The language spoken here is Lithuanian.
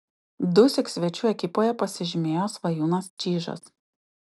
dusyk svečių ekipoje pasižymėjo svajūnas čyžas